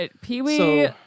Pee-wee